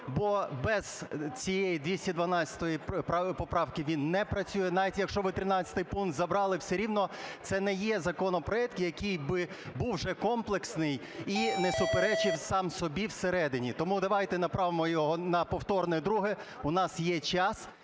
бо без цієї 212 поправки він не працює. Навіть якщо ви 13 пункт забрали, все рівно це не є законопроект, який би був вже комплексний і не суперечив сам собі всередині. Тому давайте направимо його на повторне друге. У нас є час,